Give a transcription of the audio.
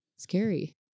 Scary